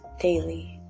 daily